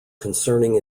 concerning